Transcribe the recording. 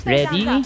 Ready